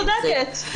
נכון, את צודקת.